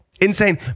insane